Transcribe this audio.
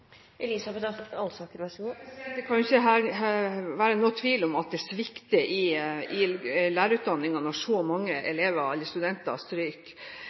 Det kan jo ikke her være noen tvil om at det svikter i lærerutdanningen når så mange elever eller studenter